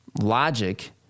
logic